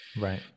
Right